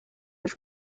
was